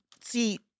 see